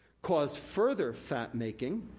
cause further fat making,